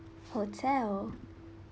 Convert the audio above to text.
hotel